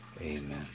Amen